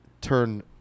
turn